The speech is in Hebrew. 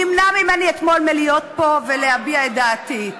נמנע ממני אתמול להיות פה ולהביע את דעתי,